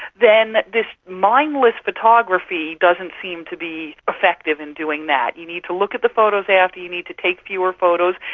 then this mindless photography doesn't seem to be effective in doing that. you need to look at the photos after, you need to take fewer photos,